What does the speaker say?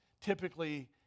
typically